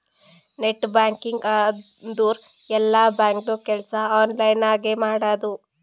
net banking ಅಂದುರ್ ಎಲ್ಲಾ ಬ್ಯಾಂಕ್ದು ಕೆಲ್ಸಾ ಆನ್ಲೈನ್ ನಾಗೆ ಮಾಡದು